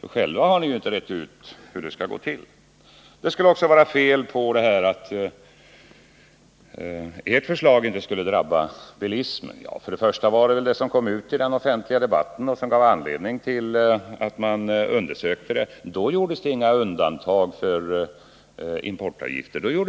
men själva har ni inte rett ut hur det skall gå till. Det skulle också vara fel att påstå att ett genomförande av ert förslag skulle drabba bilismen. När förslaget kom ut i den offentliga debatten gjordes det inga undantag för olja.